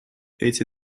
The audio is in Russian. эти